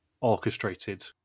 orchestrated